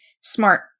smart